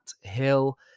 Hill